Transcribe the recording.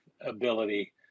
ability